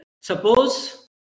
suppose